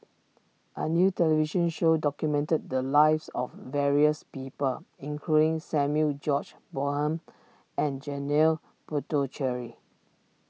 a new television show documented the lives of various people including Samuel George Bonham and Janil Puthucheary